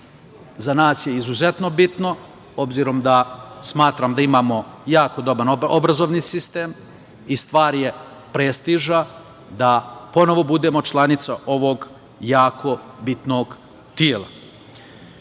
za nas je izuzetno bitno, obzirom da smatram da imamo jako dobar obrazovni sistem i stvar je prestiža da ponovo budemo članica ovog jako bitnog